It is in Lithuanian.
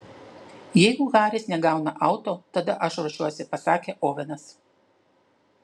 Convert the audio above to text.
jeigu haris negauna auto tada aš ruošiuosi pasakė ovenas